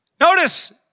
Notice